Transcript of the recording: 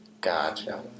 Gotcha